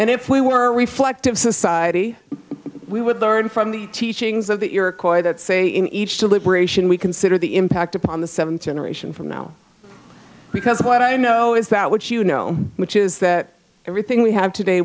and if we were reflective society we would learn from the teachings of that your choir that say in each deliberation we consider the impact upon the seven generation from now because what i know is that which you know which is that everything we have today